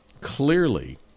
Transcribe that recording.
clearly